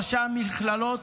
ראשי המכללות,